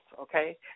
okay